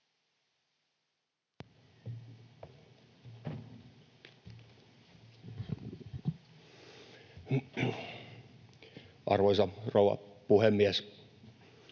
Arvoisa rouva puhemies!